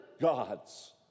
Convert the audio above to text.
gods